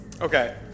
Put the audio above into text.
Okay